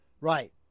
Right